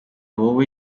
wowe